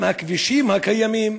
עם הכבישים הקיימים.